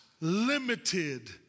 limited